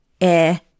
air